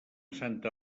santa